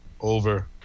Over